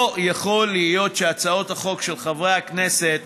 לא יכול להיות שהצעות החוק של חברי הכנסת